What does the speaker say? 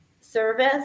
service